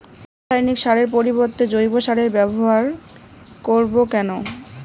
রাসায়নিক সারের পরিবর্তে জৈব সারের ব্যবহার করব কেন?